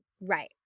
Right